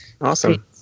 Awesome